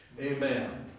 Amen